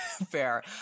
fair